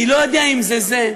אני לא יודע אם זה זה.